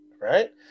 Right